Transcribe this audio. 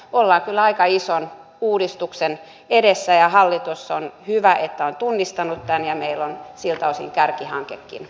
ollaan kyllä aika ison uudistuksen edessä ja on hyvä että hallitus on tunnistanut tämän ja meillä on siltä osin kärkihankekin paikallaan